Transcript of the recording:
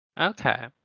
Okay